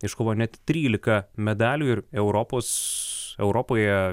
iškovojo net trylika medalių ir europos europoje